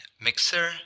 Mixer